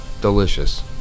Delicious